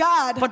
God